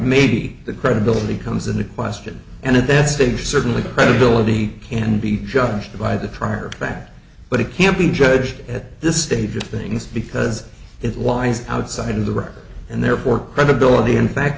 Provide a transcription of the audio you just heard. maybe the credibility comes into question and at that stage certainly credibility can be judged by the prior back but it can't be judged at this stage of things because it lies outside of the record and therefore credibility in fact